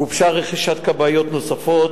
גובשה רכישת כבאיות נוספות.